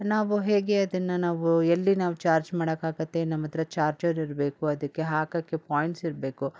ನಾವು ಹೇಗೆ ಅದನ್ನು ನಾವು ಎಲ್ಲಿ ನಾವು ಚಾರ್ಜ್ ಮಾಡೋಕಾಗತ್ತೆ ನಮ್ಮಹತ್ರ ಚಾರ್ಜರ್ ಇರಬೇಕು ಅದಕ್ಕೆ ಹಾಕೋಕ್ಕೆ ಪಾಯಿಂಟ್ಸಿರಬೇಕು